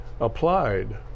applied